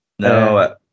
No